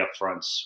upfronts